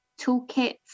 toolkits